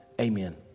Amen